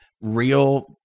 real